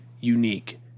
unique